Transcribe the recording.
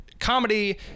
comedy